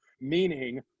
meaning